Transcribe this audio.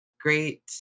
great